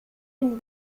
den